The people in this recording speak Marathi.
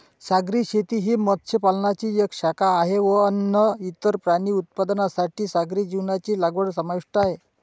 सागरी शेती ही मत्स्य पालनाची एक शाखा आहे व अन्न, इतर प्राणी उत्पादनांसाठी सागरी जीवांची लागवड समाविष्ट आहे